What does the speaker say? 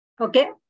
Okay